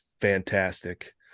fantastic